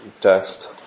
text